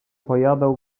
pojadą